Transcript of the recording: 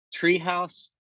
treehouse